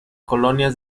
colonias